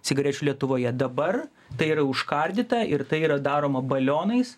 cigarečių lietuvoje dabar tai yra užkardyta ir tai yra daroma balionais